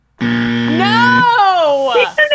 No